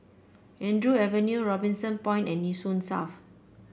Andrew Avenue Robinson Point and Nee Soon South